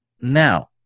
Now